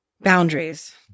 boundaries